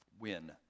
win